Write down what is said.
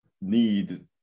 need